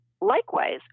likewise